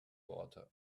water